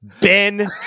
Ben